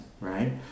Right